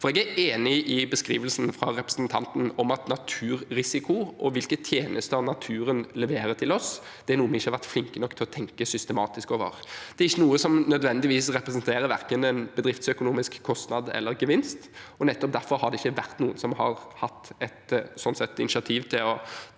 Jeg er enig i beskrivelsen fra representanten om at naturrisiko og hvilke tjenester naturen leverer til oss, er noe vi ikke har vært flinke nok til å tenke over systematisk. Det er ikke noe som nødvendigvis representerer verken en bedriftsøkonomisk kostnad eller en gevinst, og nettopp derfor har det ikke vært noen som sånn sett har tatt initiativ til å